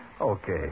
Okay